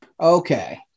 Okay